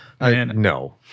No